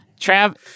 Trav